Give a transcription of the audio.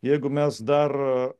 jeigu mes dar